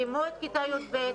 סיימו את כיתה י"ב,